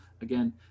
Again